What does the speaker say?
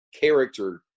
character